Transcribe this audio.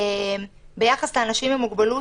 ביחס לאנשים עם מוגבלות,